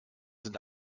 sind